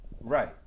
Right